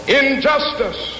injustice